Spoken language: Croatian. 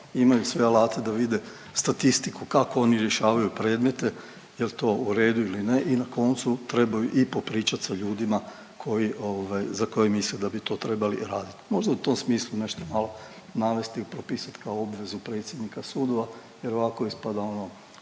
imaju sve alate da vide statistiku, kako oni rješavaju predmete, jel to u redu ili ne i na koncu trebaju i popričat sa ljudima koji ovaj, za koje misli da bi to trebali radit. Možda u tom smislu nešto malo navest i propisat kao obvezu predsjednika sudova jer ovako ispada